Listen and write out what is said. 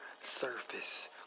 surface